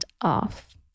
off